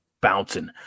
bouncing